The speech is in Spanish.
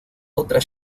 otra